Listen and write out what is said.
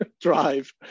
drive